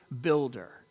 builder